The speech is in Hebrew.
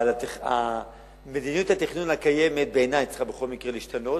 אבל בעיני מדיניות התכנון הקיימת צריכה בכל מקרה להשתנות,